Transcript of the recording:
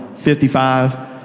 55